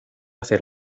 hacer